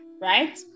right